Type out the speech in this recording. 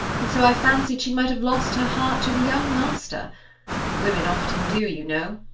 and so i fancied she might have lost her heart to the young master women often do, you know.